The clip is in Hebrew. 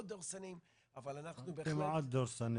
דורסניים אבל אנחנו -- ה --- דורסני,